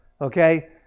Okay